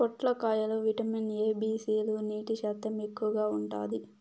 పొట్లకాయ లో vitamin A, B, C లు, నీటి శాతం ఎక్కువగా ఉంటాది